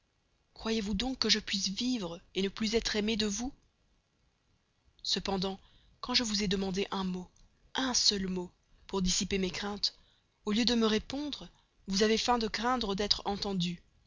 croyez-vous donc que je puisse vivre ne plus être aimé de vous cependant quand je vous ai demandé un mot un seul mot pour dissiper mes craintes au lieu de me répondre vous avez feint de craindre d'être entendue